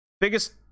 biggest